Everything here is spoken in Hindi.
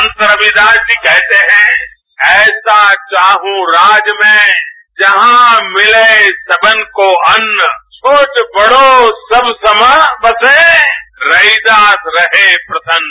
संत रविदास जी कहते हैं ऐसा चाहूं राज मैं जहां मिले सबन को अन्न छोट बड़ो सब सम बसें रैदास रहे प्रसन्न